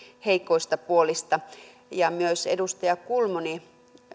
heikoista puolista ja myös edustaja kulmuni